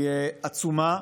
היא עצומה,